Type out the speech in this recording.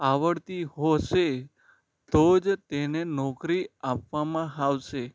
આવડતી હશે તો જ તેને નોકરી આપવામાં આવશે